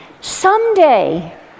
someday